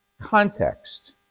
Context